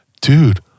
dude